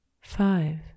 Five